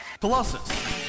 Colossus